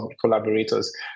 collaborators